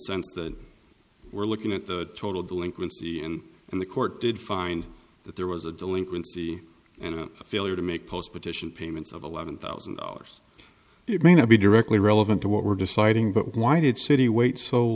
sense that we're looking at the total delinquency in and the court did find that there was a delinquency and failure to make post petition payments of eleven thousand dollars it may not be directly relevant to what we're deciding but why did city wait so